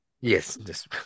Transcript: Yes